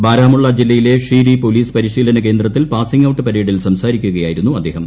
ബാരാമുള്ള ജില്ലയിലെ ഷീരി പോലീസ് പ്രത്ശീലന കേന്ദ്രത്തിൽ പാസിംഗ് ഔട്ട് പരേഡിൽ സംസാരിക്കുകയായിരുന്നു അദ്ദേഹം